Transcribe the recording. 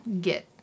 get